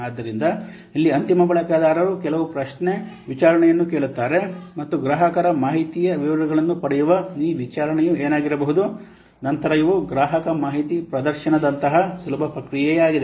ಆದ್ದರಿಂದ ಇಲ್ಲಿ ಅಂತಿಮ ಬಳಕೆದಾರರು ಕೆಲವು ಪ್ರಶ್ನೆ ವಿಚಾರಣೆಯನ್ನು ಕೇಳುತ್ತಾರೆ ಮತ್ತು ಗ್ರಾಹಕರ ಮಾಹಿತಿಯ ವಿವರಗಳನ್ನು ಪಡೆಯುವ ಈ ವಿಚಾರಣೆಯು ಏನಾಗಿರಬಹುದು ನಂತರ ಇವು ಗ್ರಾಹಕ ಮಾಹಿತಿ ಪ್ರದರ್ಶನದಂತಹ ಸುಲಭ ಪ್ರಕ್ರಿಯೆಯಾಗಿದೆ